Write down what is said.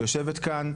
שיושבת כאן,